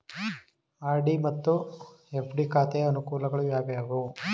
RD ಮತ್ತು FD ಖಾತೆಯ ಅನುಕೂಲಗಳು ಯಾವುವು?